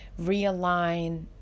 realign